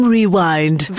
Rewind